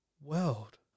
world